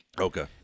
Okay